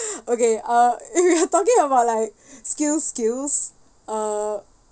okay uh if we're talking about like skills skills uh